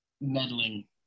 meddling